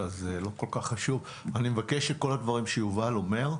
אני מבקש שכל הדברים שיובל אומר,